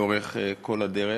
לאורך כל הדרך.